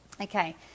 Okay